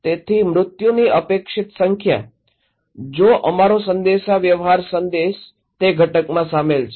તેથી મૃત્યુની અપેક્ષિત સંખ્યા જો અમારો સંદેશાવ્યવહાર સંદેશ તે ઘટકમાં શામેલ છે